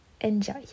Enjoy